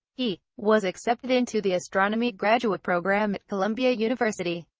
he was accepted into the astronomy graduate program at columbia university,